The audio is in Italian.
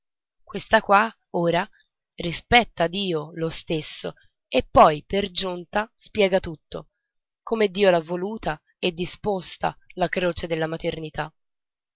questa qua ora rispetta dio lo stesso e poi per giunta spiega tutto come dio l'ha voluta e disposta la croce della maternità